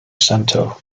santo